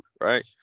right